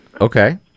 okay